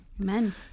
Amen